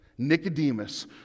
Nicodemus